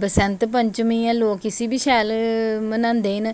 बसैंत पंचमी ऐ लोक इसी बी शैल मनांदे न